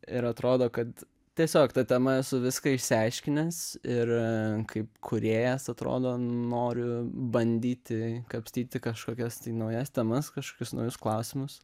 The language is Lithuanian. ir atrodo kad tiesiog ta tema esu viską išsiaiškinęs ir kaip kūrėjas atrodo noriu bandyti kapstyti kažkokias naujas temas kažkokius naujus klausimus